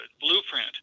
blueprint